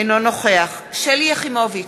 אינו נוכח שלי יחימוביץ,